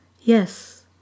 Yes